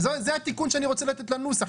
זה התיקון שאני רוצה לתת לנוסח,